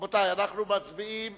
רבותי, אנחנו מצביעים